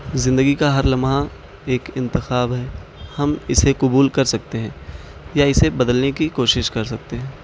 زندگی کا ہر لمحہ ایک انتخاب ہے ہم اسے قبول کر سکتے ہیں یا اسے بدلنے کی کوشش کر سکتے ہیں